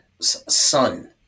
son